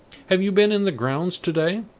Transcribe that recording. have you been in the grounds to-day?